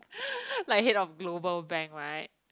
like head of global bank right